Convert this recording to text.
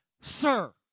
sir